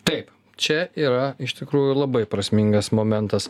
taip čia yra iš tikrųjų labai prasmingas momentas